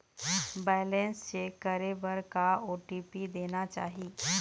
Balance check करे बर का ओ.टी.पी देना चाही?